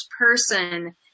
person